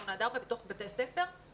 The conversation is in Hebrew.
מ-8:00 עד 3:00 בתוך בתי הספר בחוץ.